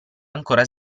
ancora